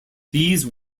these